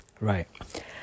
Right